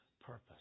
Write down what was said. purpose